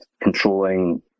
controlling